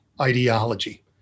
ideology